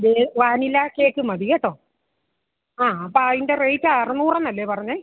ഇത് vanilla cake മതി കേട്ടോ ആ അപ്പം അതിൻ്റെ റേറ്റ് അറന്നൂറ് എന്നല്ലേ പറഞ്ഞത്